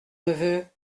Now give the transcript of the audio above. neveu